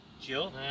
Jill